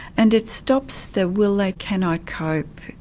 and it stops the will i. can i cope.